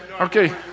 Okay